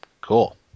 Cool